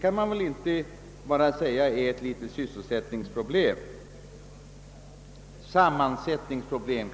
Det kan väl inte betecknas som ett relativt litet problem.